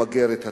למגר את התופעה.